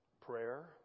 prayer